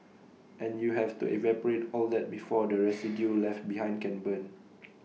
and you have to evaporate all that before the residue left behind can burn